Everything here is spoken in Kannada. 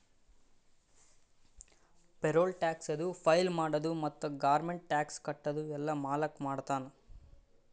ಪೇರೋಲ್ ಟ್ಯಾಕ್ಸದು ಫೈಲ್ ಮಾಡದು ಮತ್ತ ಗೌರ್ಮೆಂಟ್ಗ ಟ್ಯಾಕ್ಸ್ ಕಟ್ಟದು ಎಲ್ಲಾ ಮಾಲಕ್ ಮಾಡ್ತಾನ್